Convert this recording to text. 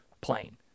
plane